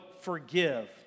forgive